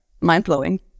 mind-blowing